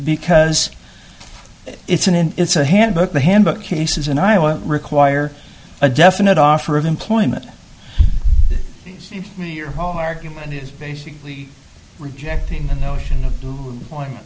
because it's an in it's a handbook the handbook cases and i won't require a definite offer of employment to me your whole argument is basically rejecting the notion of do on